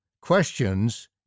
Questions